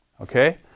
okay